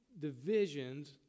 divisions